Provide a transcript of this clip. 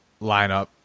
lineup